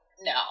no